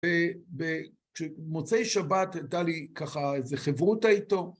במוצאי שבת הייתה לי ככה איזה חברותא איתו.